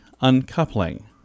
uncoupling